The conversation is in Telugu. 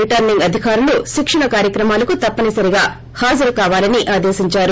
రిటర్నింగ్ అధికారులు శిక్షణ కార్యక్రమాలకు తప్పని సరిగా హాజరుకావాలని ఆదేశించారు